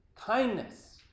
kindness